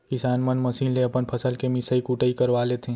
किसान मन मसीन ले अपन फसल के मिसई कुटई करवा लेथें